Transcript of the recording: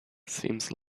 seems